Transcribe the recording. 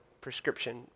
prescription